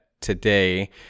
today